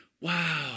wow